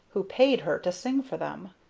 who paid her to sing for them.